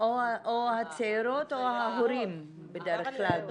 או הצעירות או ההורים בדרך כלל.